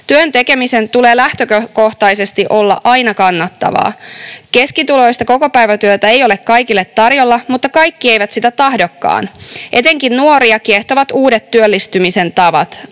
Työn tekemisen tulee lähtökohtaisesti olla aina kannattavaa. Keskituloista kokopäivätyötä ei ole kaikille tarjolla, mutta kaikki eivät sitä tahdokaan. Etenkin nuoria kiehtovat uudet työllistymisen tavat.